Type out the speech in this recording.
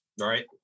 right